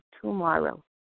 tomorrow